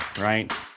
right